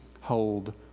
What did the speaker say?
hold